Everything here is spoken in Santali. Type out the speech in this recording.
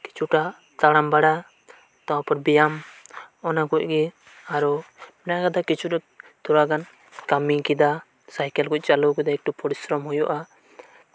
ᱠᱤᱪᱷᱩᱴᱟ ᱛᱟᱲᱟᱢ ᱵᱟᱲᱟ ᱛᱟᱨᱯᱚᱨ ᱵᱮᱭᱟᱢ ᱚᱱᱟᱠᱚᱱ ᱜᱮ ᱟᱨᱚ ᱡᱟᱸᱜᱟ ᱛᱮ ᱠᱤᱪᱷᱩ ᱛᱷᱚᱲᱟ ᱜᱟᱱ ᱠᱟᱢᱤ ᱠᱮᱫᱟ ᱥᱟᱭᱠᱮᱞ ᱠᱚ ᱪᱟᱹᱞᱩ ᱠᱟᱛᱮᱫ ᱮᱠᱴᱩ ᱯᱚᱨᱤᱥᱚᱨᱚᱢ ᱦᱩᱭᱩᱜᱼᱟ